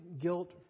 guilt